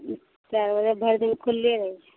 चारि बजे भरि दिन खुलले रहै छै